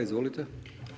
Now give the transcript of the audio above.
Izvolite.